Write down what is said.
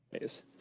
Yes